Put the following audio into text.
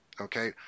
okay